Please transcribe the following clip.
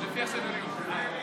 מה שאתם רוצים.